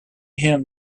him